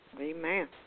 Amen